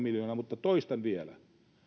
miljoonaa mutta toistan vielä